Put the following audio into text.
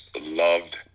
loved